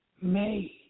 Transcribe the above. made